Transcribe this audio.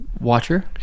watcher